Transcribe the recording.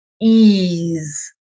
ease